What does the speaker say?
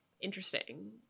interesting